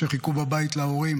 שחיכו בבית להורים